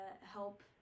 help